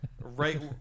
right